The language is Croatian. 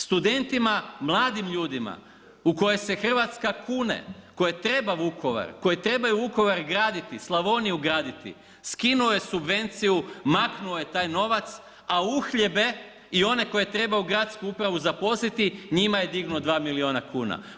Studentima mladim ljudima u koje se Hrvatska kune, koje treba Vukovar, koje trebaju Vukovar graditi, Slavoniju graditi skinuo subvenciju, maknuo je taj novac, a uhljebe i one koje treba u gradsku upravu zaposliti njima je digao dva milijuna kuna.